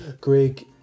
Greg